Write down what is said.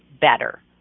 better